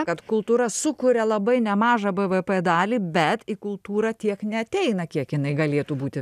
kad kultūra sukuria labai nemažą bvp dalį bet į kultūrą tiek neateina kiek jinai galėtų būti